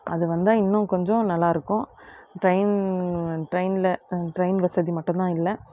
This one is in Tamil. அது வந்தால் இன்னும் கொஞ்சம் நல்லாயிருக்கும் ட்ரெயின் ட்ரெயினில் ட்ரெயின் வசதி மட்டும்தான் இல்லை